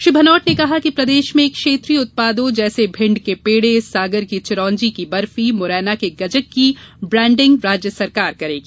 श्री भनोट ने कहा कि प्रदेश में क्षेत्रीय उत्पादों जैसे भिण्ड के पेड़े सागर की चिरौंजी की बर्फी मुरैना के गजक की ब्राण्डिंग राज्य सरकार करेगी